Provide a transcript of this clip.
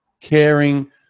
caring